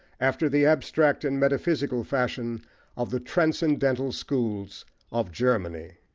after the abstract and metaphysical fashion of the transcendental schools of germany.